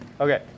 Okay